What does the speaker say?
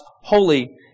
holy